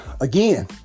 again